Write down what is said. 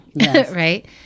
right